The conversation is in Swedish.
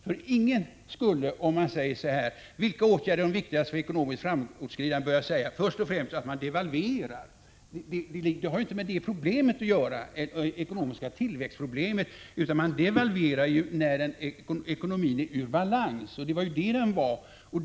När man frågar vilka åtgärder som är de viktigaste för det ekonomiska framåtskridandet, skulle ju ingen först och främst svara att man skall devalvera. Det har inte med det ekonomiska tillväxtproblemet att göra, utan man devalverar när ekonomin är ur balans, vilket då var fallet.